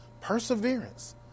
perseverance